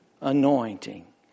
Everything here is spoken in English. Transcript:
Anointing